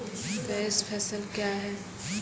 Cash फसल क्या हैं?